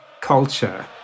culture